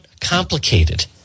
complicated